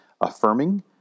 affirming